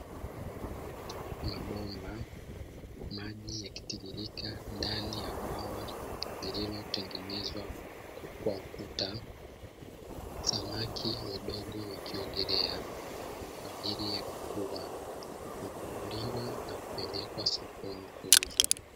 Mabomba, maji yakitiririka ndani ya bwawa lililotengenezwa kwa ukuta, samaki wadogo wakiongelea kwaajili ya kukua, kuvuliwa na kupelekwa sokoni kuuzwa.